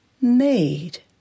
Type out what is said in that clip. made